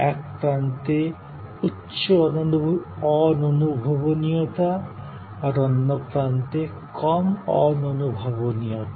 এক প্রান্তে উচ্চ অদৃশ্যতা আর অন্য প্রান্তে কম অদৃশ্যতা